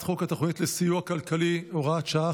בקריאה ראשונה על הצעת חוק התוכנית לסיוע כלכלי (הוראת שעה,